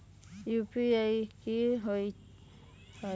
UPI कि होअ हई?